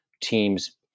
teams